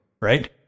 right